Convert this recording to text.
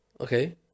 Okay